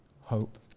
hope